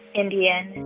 indian,